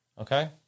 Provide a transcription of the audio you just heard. Okay